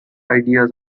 ideas